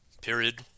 Period